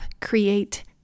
create